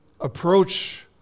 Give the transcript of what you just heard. approach